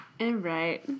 right